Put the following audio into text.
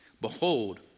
Behold